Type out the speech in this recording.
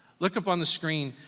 look up on the screen,